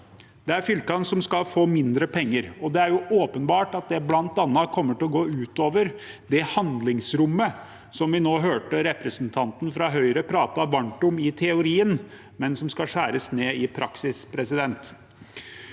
Det er fylkene som skal få mindre penger. Det er åpenbart at det bl.a. kommer til å gå ut over det handlingsrommet vi nå hørte representanten fra Høyre prate varmt om i teorien, men som skal skjæres ned i praksis.